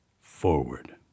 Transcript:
forward